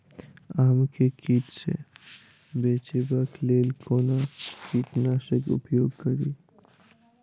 आम केँ कीट सऽ बचेबाक लेल कोना कीट नाशक उपयोग करि?